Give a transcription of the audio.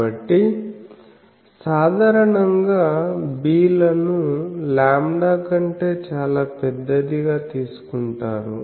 కాబట్టి సాధారణంగా b లను లాంబ్డా కంటే చాలా పెద్దదిగా తీసుకుంటారు